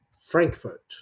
Frankfurt